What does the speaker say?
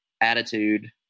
attitude